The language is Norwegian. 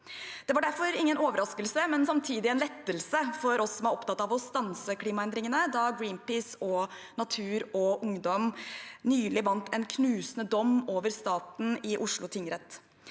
Det var derfor ingen overraskelse, men samtidig en lettelse for oss som er opptatt av å stanse klimaendringene, da Greenpeace og Natur og Ungdom nylig vant en knusende dom over staten i Oslo tingrett.